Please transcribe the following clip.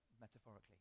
metaphorically